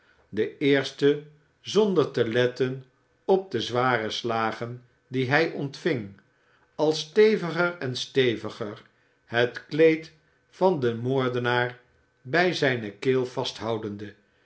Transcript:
de eerste zonder te letten op de zware slagen die hij ontving al steviger en steviger het kleed van den moordenaar bij zijne keel vasthoudende